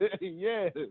yes